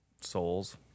Souls